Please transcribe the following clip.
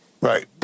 Right